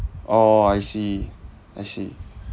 oh I see I see